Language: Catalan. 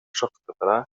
softcatalà